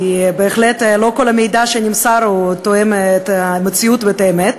כי בהחלט לא כל המידע שנמסר תואם את המציאות ואת האמת.